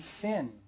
sin